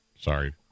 sorry